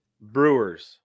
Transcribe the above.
Brewers